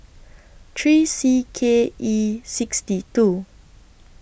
three C K E sixty two